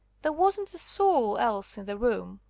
there wasn't a soul else in the room.